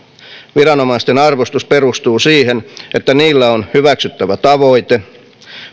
viranomaisten arvostus perustuu siihen että niillä on hyväksyttävä tavoite